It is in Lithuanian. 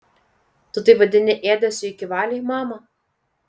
tu tai vadini ėdesiu iki valiai mama